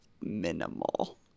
minimal